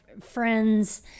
friends